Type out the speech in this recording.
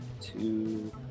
Two